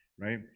right